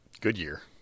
Goodyear